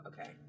Okay